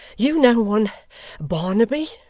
you know one barnaby